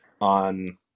on